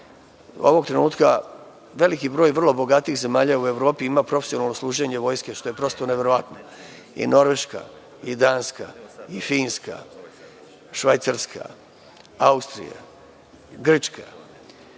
ovog trenutka veliki broj vrlo bogatih zemalja u Evropi ima profesionalno služenje vojske, što je prosto neverovatno, i Norveška, i Danska, i Finska, i Švajcarska, i Austrija, i Grčka.